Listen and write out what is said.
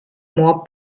more